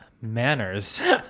Manners